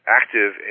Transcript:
active